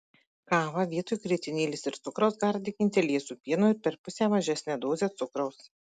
kavą vietoj grietinėlės ir cukraus gardinkite liesu pienu ir per pusę mažesne doze cukraus